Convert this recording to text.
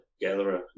gatherer